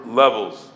levels